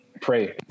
pray